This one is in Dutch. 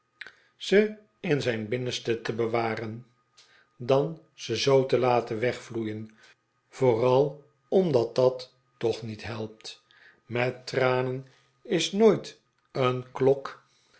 ze in zijn binnenste te bewaren dan ze zoo te laten wcgyloeien vooral omdat dat toch niet helpt met tranen is nog nooit een klok